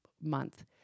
month